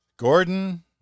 Gordon